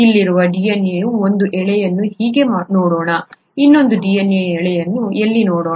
ಇಲ್ಲಿರುವ DNA ಯ ಒಂದು ಎಳೆಯನ್ನು ಹೀಗೆ ನೋಡೋಣ ಇನ್ನೊಂದು DNA ಯ ಎಳೆಯನ್ನು ಇಲ್ಲಿ ನೋಡೋಣ